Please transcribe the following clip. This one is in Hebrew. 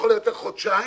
לכל היותר חודשיים,